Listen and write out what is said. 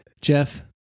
Jeff